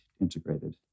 integrated